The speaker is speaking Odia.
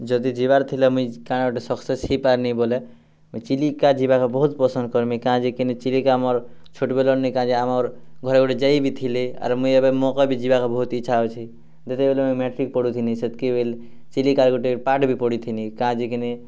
ଯଦି ଯିବାର ଥିଲା ମୁଇଁ କାଣା ଗୋଟେ ସକ୍ସେସ୍ ହେଇପାରମି ବୋଲେ ଚିଲିକା ଯିବାକେ ବହୁତ୍ ପସନ୍ଦ କର୍ମି କାଏଁ ଯେ ଚିଲିକା ଆମର ଛୋଟ ପିଲା ନିକା ଯା ଆମର୍ ଘର ବି ଯାଇଥିଲି ଆରେ ମୁଇଁ ଏବେ ମକେ ବି ଯିବାର୍କେ ବହୁତ ଇଚ୍ଛା ହେଉଛେ ଯେତେବେଳେ ମୁଇଁ ମାଟ୍ରିକ୍ ପଢୁଥିଲି ସେତ୍କି ବେଲେ ଚିଲିକା ଗୁଟେ ପାଠ୍ ବି ପଢ଼ିଥିଲି କା ଯେନେକିନି